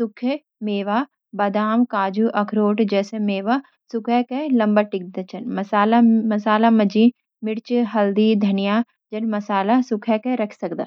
सूखे मेवा: बादाम, काजू, अखरोट जैसे मेवा सूखाण स टिकदा छन। मसाले: मिर्च, हल्दी, धनिया जन मसाला सूखा के रखी सकदा।